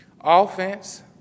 offense